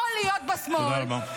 או להיות בשמאל -- תודה רבה.